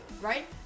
Right